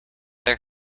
their